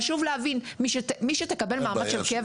חשוב להבין שמי שתקבל מעמד של קבע,